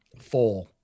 Four